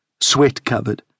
sweat-covered